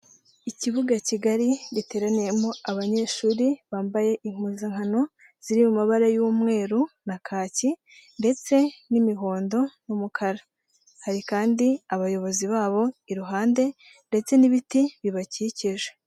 Ikibuga kigari giteraniyemo abanyeshuri bambaye impuzankano ziri mu mabara y'umweru na kaki, ndetse n'imihondo n'umukara. Hari kandi abayobozi babo iruhande, ndetse n'ibiti bibakikije.